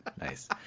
Nice